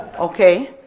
okay,